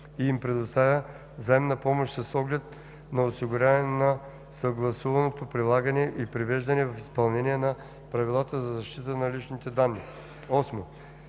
и им предоставя взаимна помощ с оглед на осигуряване на съгласуваното прилагане и привеждане в изпълнение на правилата за защита на личните данни;